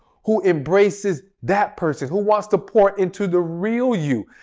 who embraces that person, who wants to pour into the real you.